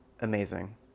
amazing